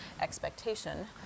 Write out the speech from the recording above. expectation